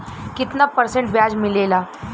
कितना परसेंट ब्याज मिलेला?